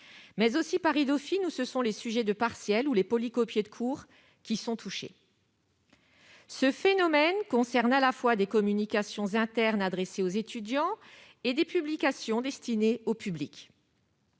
Paris Dauphine, où ce sont les sujets de partiels ou les polycopiés de cours qui sont touchés. Ce phénomène concerne à la fois des communications internes adressées aux étudiants et des publications destinées au public.